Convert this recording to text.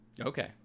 Okay